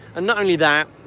and not only that,